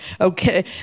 Okay